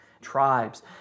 tribes